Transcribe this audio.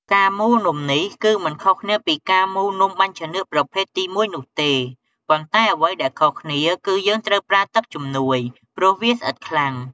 ការមូលនំនេះគឺមិនខុសគ្នាពីការមូលនាំបាញ់ចានឿកប្រភេទទីមួយនោះទេ ប៉ុន្តែអ្វីដែលខុសគ្នាគឺយើងត្រូវប្រើទឹកជំនួយ ព្រោះវាស្អិតខ្លាំង។